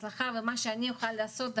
האם כשאני מאשפז אני לא עושה נזק?